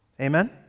Amen